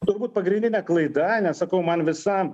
turbūt pagrindinė klaida nes sakau man visa